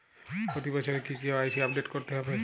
প্রতি বছরই কি কে.ওয়াই.সি আপডেট করতে হবে?